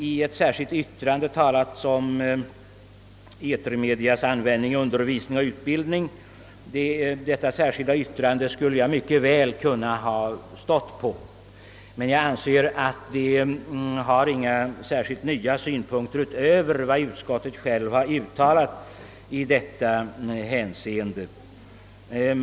I ett särskilt yttrande behandlas frågan om etermediernas användning för undervisning och utbildning. Detta särskilda yttrande skulle jag mycket väl ha kunnat ansluta mig till, men jag anser att det inte innehåller några synpunkter utöver vad utskottet självt har uttalat i detta hänseende.